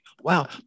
Wow